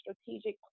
strategic